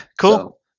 cool